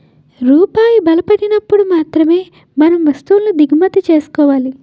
రూపాయి బలపడినప్పుడు మాత్రమే మనం వస్తువులను దిగుమతి చేసుకోవాలి